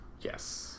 Yes